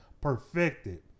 perfected